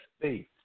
faith